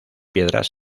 piedras